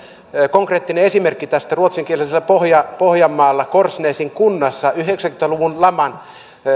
konkreettinen esimerkki tästä ruotsinkielisellä pohjanmaalla korsnäsin kunnassa yhdeksänkymmentä luvun laman